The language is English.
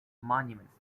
monuments